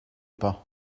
pas